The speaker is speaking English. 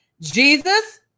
Jesus